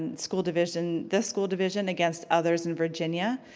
and school division, this school division against others in virginia.